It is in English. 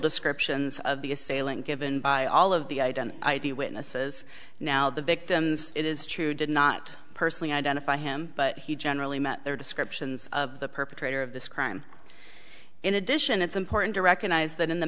descriptions of the assailant given by all of the identity i d witnesses now the victims it is true did not personally identify him but he generally met their descriptions of the perpetrator of this crime in addition it's important to recognize that in the